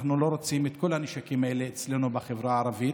אנחנו לא רוצים את כל הנשקים האלה אצלנו בחברה הערבית.